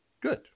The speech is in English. Good